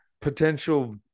potential